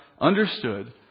understood